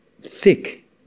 thick